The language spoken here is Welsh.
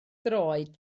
droed